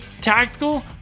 tactical